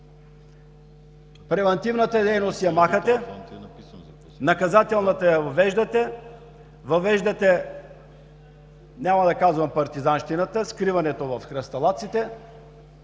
Превантивната дейност я махате, наказателната я въвеждате. Въвеждате – няма да казвам „партизанщината“ – скриването в храсталаците.